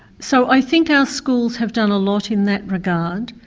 so i think our schools have done a lot in that regard.